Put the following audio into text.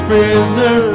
Prisoner